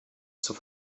zur